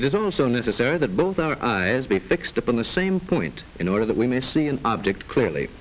is also necessary that both our eyes be fixed upon the same point in order that we may see an object clearly